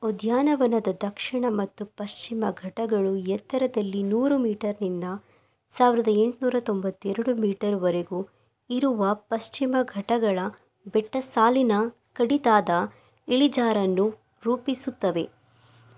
ಉದ್ಯಾನವನದ ದಕ್ಷಿಣ ಮತ್ತು ಪಶ್ಚಿಮ ಘಟ್ಟಗಳು ಎತ್ತರದಲ್ಲಿ ನೂರು ಮೀಟರ್ನಿಂದ ಸಾವಿರದ ಎಂಟುನೂರ ತೊಂಬತ್ತೆರಡು ಮೀಟರ್ವರೆಗೂ ಇರುವ ಪಶ್ಚಿಮ ಘಟ್ಟಗಳ ಬೆಟ್ಟಸಾಲಿನ ಕಡಿದಾದ ಇಳಿಜಾರನ್ನು ರೂಪಿಸುತ್ತವೆ